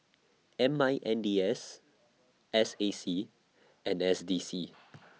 M I N D S S A C and S D C